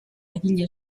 egile